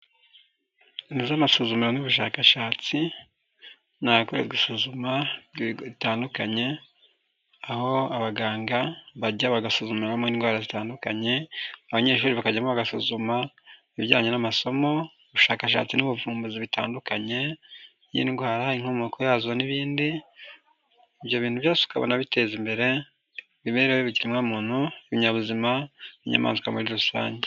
Inzu z'amasuzumiro n'ubushakashatsi, ni ahakorerwa isuzuma ri ritandukanye aho abaganga bajya bagasuzumiramo indwara zitandukanye abanyeshuri bakajyamo bagasuzuma ibijyanye n'amasomo ubushakashatsi n'ubuvumbuzi bitandukanye by'indwara inkomoko yazo n'ibindi, ibyo bintu byose ukabona biteza imbere imibereho yibigenwamuntu ibinyabuzima n'inyamaswa muri rusange.